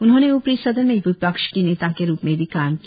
उन्होंने ऊपरी सदन में विपक्ष के नेता के रूप में भी काम किया